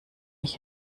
ich